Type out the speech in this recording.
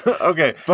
Okay